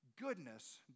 Goodness